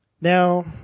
Now